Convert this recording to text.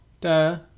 Duh